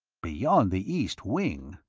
beyond the east wing?